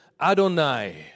Adonai